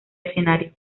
escenario